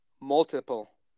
Multiple